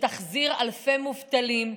שתחזיר אלפי מובטלים,